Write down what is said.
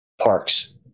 Parks